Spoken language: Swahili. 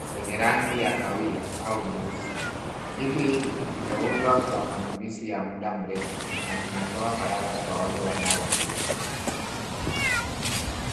zenye rangi ya kahawia au nyeusi. Kiti hiki kimeundwa kwa matumizi ya muda mrefu, na kinatoa faraja kwa wale wanaoketi.